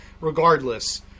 regardless